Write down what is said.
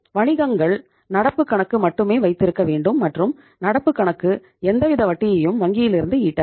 வணிகங்கள் நடப்புக் கணக்கு மட்டுமே வைத்திருக்க வேண்டும் மற்றும் நடப்பு கணக்கு எந்தவித வட்டியையும் வங்கியிலிருந்து ஈட்டாது